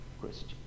Christian